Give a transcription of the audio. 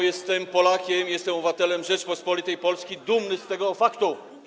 Jestem Polakiem, jestem obywatelem Rzeczypospolitej Polskiej, dumnym z tego faktu.